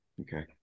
Okay